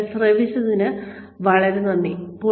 അതിനാൽ ശ്രദ്ധിച്ചതിന് വളരെ നന്ദി